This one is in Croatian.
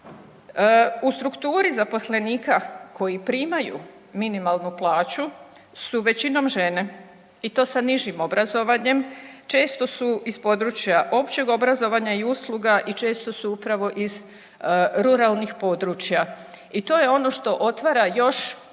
U strukturi zaposlenika koji primaju minimalnu plaću su većinom žene i to sa nižim obrazovanjem, često su iz područja općeg obrazovanja i usluga i često su upravo iz ruralnih područja. I to je ono što otvara još